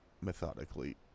methodically